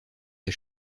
des